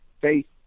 faith